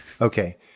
Okay